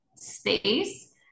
Space